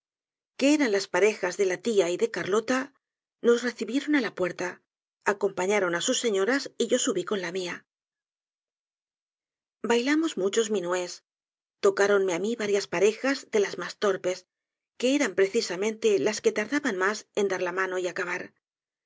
que eran las parejas de la tia y de carlota nos recibieron á la puerta acompañaron á sus señoras y yo subí con la mia bailamos muchos minués tocáronme á mí varias parejas de las mas torpes que eran precisamente las que tardaban mas en dar la mano y acabar